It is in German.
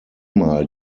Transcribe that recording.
mal